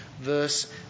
verse